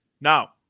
Now